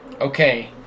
Okay